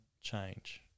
change